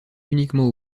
uniquement